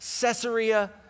Caesarea